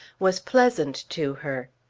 was pleasant to her.